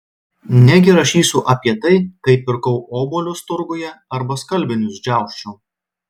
negi rašysiu apie tai kaip pirkau obuolius turguje arba skalbinius džiausčiau